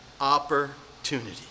opportunity